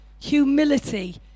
humility